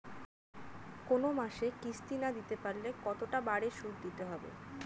কোন মাসে কিস্তি না দিতে পারলে কতটা বাড়ে সুদ দিতে হবে?